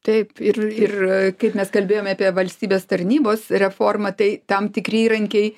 taip ir ir a kaip mes kalbėjome apie valstybės tarnybos reformą tai tam tikri įrankiai